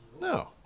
No